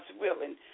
willing